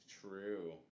true